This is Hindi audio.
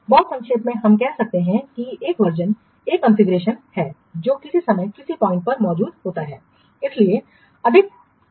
बहुत संक्षेप में हम कह सकते हैं कि एक वर्जनएक कॉन्फ़िगरेशन है जो किसी समय किसी पॉइंट पर मौजूद होता है